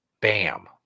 Bam